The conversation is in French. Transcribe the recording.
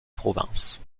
province